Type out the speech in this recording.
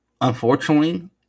unfortunately